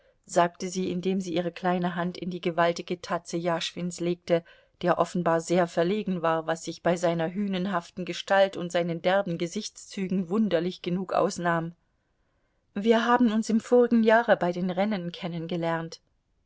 sagte sie indem sie ihre kleine hand in die gewaltige tatze jaschwins legte der offenbar sehr verlegen war was sich bei seiner hünenhaften gestalt und seinen derben gesichtszügen wunderlich genug ausnahm wir haben uns im vorigen jahre bei den rennen kennengelernt